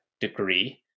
degree